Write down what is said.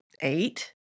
eight